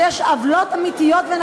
יש עוולות אמיתיות,